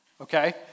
Okay